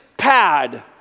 pad